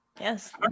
Yes